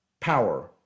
power